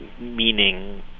meaning